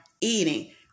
eating